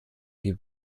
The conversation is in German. die